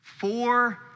Four